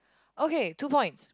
okay two points